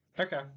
Okay